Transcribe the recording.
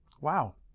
wow